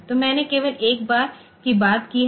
तो मैंने केवल 1 बार की बात की है